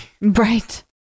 Right